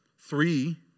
three